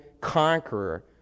conqueror